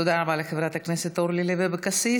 תודה לחברת הכנסת אורלי לוי אבקסיס.